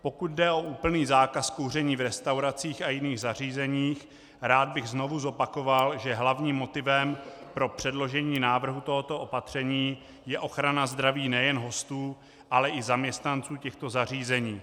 Pokud jde o úplný zákaz kouření v restauracích a jiných zařízeních, rád bych znovu zopakoval, že hlavním motivem pro předložení návrhu tohoto opatření je ochrana zdraví nejen hostů, ale i zaměstnanců těchto zařízení.